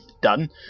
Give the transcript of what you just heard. done